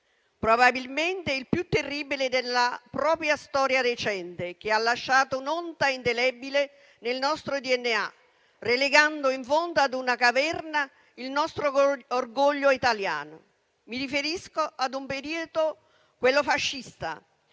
probabilmente il più terribile della propria storia recente, che ha lasciato un'onta indelebile nel nostro DNA, relegando in fondo ad una caverna il nostro orgoglio italiano. Mi riferisco ad un periodo, quello fascista,